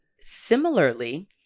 Similarly